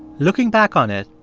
looking back on it,